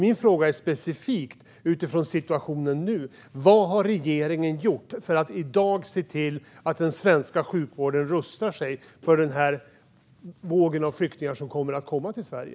Min fråga är specifik utifrån hur situationen är nu: Vad har regeringen gjort för att i dag se till att den svenska sjukvården rustar sig för den här vågen av flyktingar som kommer att komma till Sverige?